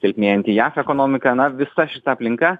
silpnėjanti jav ekonomika na visa šita aplinka